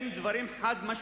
אלה דברים חד-משמעיים.